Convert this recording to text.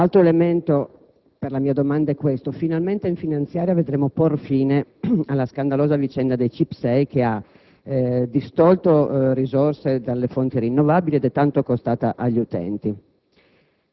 Altro elemento per la mia domanda è questo: finalmente in finanziaria vedremo porre fine alla scandalosa vicenda dei CIP6, che ha distolto risorse dalle fonti rinnovabili ed è tanto costata agli utenti.